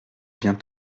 viens